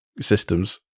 systems